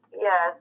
Yes